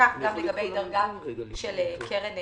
וכך גם לגבי דרגה של קרן נאמנות,